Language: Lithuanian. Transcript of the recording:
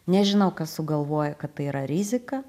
nežinau kas sugalvojo kad tai yra rizika